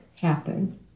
happen